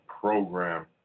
program